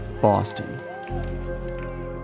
Boston